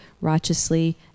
righteously